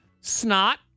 Snot